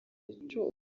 igihe